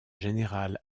général